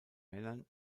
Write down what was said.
männern